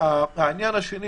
העניין השני